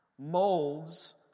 molds